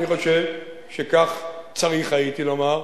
אני חושב שכך צריך הייתי לומר,